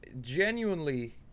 genuinely